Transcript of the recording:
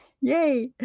yay